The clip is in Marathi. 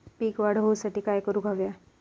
पीक वाढ होऊसाठी काय करूक हव्या?